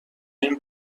این